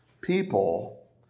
people